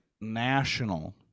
national